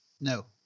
No